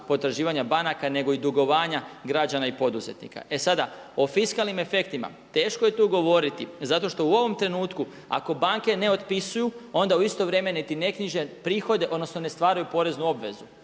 potraživanja banaka nego i dugovanja građana i poduzetnika. E sada, o fiskalnim efektima, teško je tu govoriti zato što u ovom trenutku ako banke ne otpisuju onda u isto vrijeme niti ne knjiže prihode odnosno ne stvaraju poreznu obvezu.